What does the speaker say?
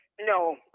No